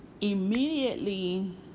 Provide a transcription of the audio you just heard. immediately